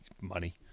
money